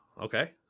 Okay